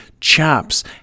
chaps